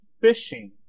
fishing